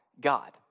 God